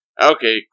okay